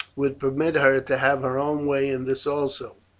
would permit her to have her own way in this also.